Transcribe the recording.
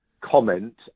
comment